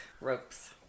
ropes